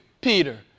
Peter